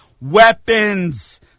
weapons